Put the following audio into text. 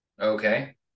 Okay